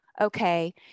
okay